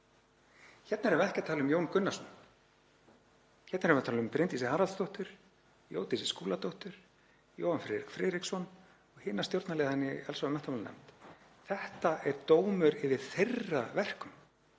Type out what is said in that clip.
Hér erum við ekki að tala um Jón Gunnarsson. Hér erum við að tala um Bryndísi Haraldsdóttur, Jódísi Skúladóttur, Jóhann Friðrik Friðriksson og hina stjórnarliðana í allsherjar- og menntamálanefnd. Þetta er dómur yfir þeirra verkum,